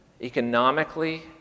economically